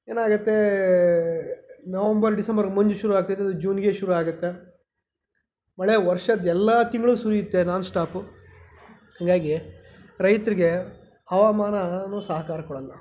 ಏನಾಗುತ್ತೆ November December ಮಂಜು ಶುರುವಾಗ್ತಾಯಿದ್ದಿದ್ದು ಈಗ ಜೂನ್ಗೆ ಶುರುವಾಗುತ್ತೆ ಮಳೆ ವರ್ಷದ ಎಲ್ಲ ತಿಂಗಳು ಸುರಿಯುತ್ತೆ ನಾನ್ ಸ್ಟಾಪು ಹಾಗಾಗಿ ರೈತರಿಗೆ ಹವಾಮಾನವೂ ಸಹಕಾರ ಕೊಡಲ್ಲ